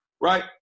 right